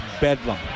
bedlam